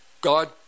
God